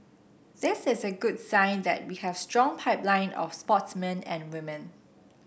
this is a good sign that we have a strong pipeline of sportsmen and women